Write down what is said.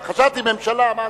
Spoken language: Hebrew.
חשבתי ממשלה, אמרתי: